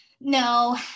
No